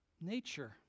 nature